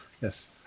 yes